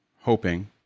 hoping